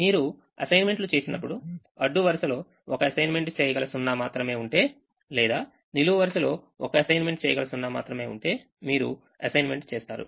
మీరు అసైన్మెంట్లు చేసినప్పుడు అడ్డు వరుసలో ఒక అసైన్మెంట్ చేయగల 0 మాత్రమే ఉంటే లేదానిలువు వరుసలో ఒక అసైన్మెంట్ చేయగల 0 మాత్రమే ఉంటే మీరు అసైన్మెంట్ చేస్తారు